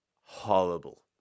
horrible